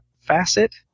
facet